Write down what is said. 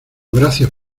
gracias